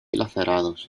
lacerados